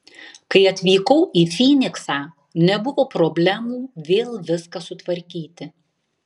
kai atvykau į fyniksą nebuvo problemų vėl viską sutvarkyti